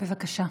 בבקשה.